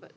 but